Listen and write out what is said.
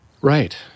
right